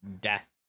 death